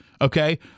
okay